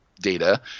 data